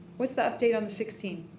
what's the update on the sixteen?